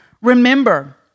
remember